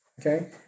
Okay